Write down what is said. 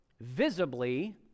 visibly